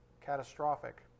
catastrophic